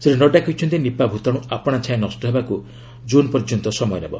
ଶ୍ରୀ ନଡ୍ଥା କହିଛନ୍ତି ନିପା ଭୂତାଣୁ ଆପଣାଛାଏଁ ନଷ୍ଟ ହେବାକୁ ଜୁନ୍ ପର୍ଯ୍ୟନ୍ତ ସମୟ ନେବ